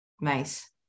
Nice